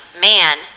man